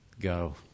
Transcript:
Go